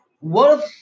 worth